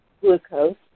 glucose